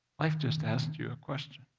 life just asked you a question.